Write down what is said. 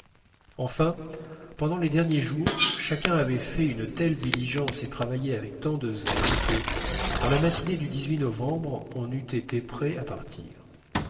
enfin pendant les derniers jours chacun avait fait une telle diligence et travaillé avec tant de zèle que dans la matinée du novembre on eût été prêt à partir